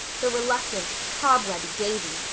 the reluctant, cobwebby davy,